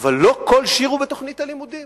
אבל לא כל שיר הוא בתוכנית הלימודים,